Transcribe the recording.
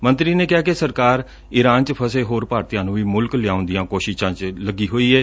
ਮੰਤਰੀ ਨੇ ਕਿਹਾ ਕਿ ਸਰਕਾਰ ਇਰਾਨ ਚ ਫਸੇ ਹੋਰ ਭਾਰਤੀਆਂ ਨੂੰ ਵੀ ਮੁਲਕ ਲਿਆਉਣ ਦੀਆਂ ਕੋਸ਼ਿਸ਼ਾਂ ਚ ਲੱਗੀ ਹੋਈ ਏ